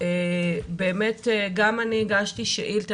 גם אני הגשתי שאילתא,